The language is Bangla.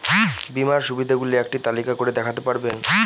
বীমার সুবিধে গুলি একটি তালিকা করে দেখাতে পারবেন?